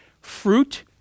Fruit